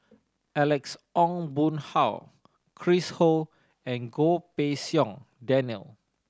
Alex Ong Boon Hau Chris Ho and Goh Pei Siong Daniel